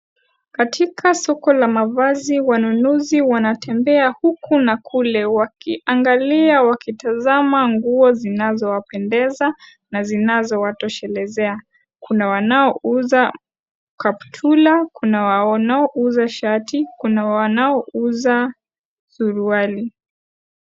Katika soko la mavazi wanunuzi wanatembea huku na kule wakiangalia wakitazama nguo zinazo wapendeza na zinazo watoshelezea kuna wanao uza kaptula kuna wanaouza shati, kuna wanaouza suruali.